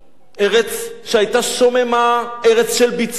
ארץ שהיתה שוממה, ארץ של ביצות,